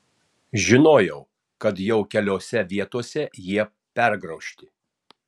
žinojau kad jau keliose vietose jie pergraužti